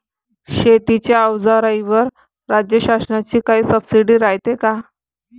शेतीच्या अवजाराईवर राज्य शासनाची काई सबसीडी रायते का?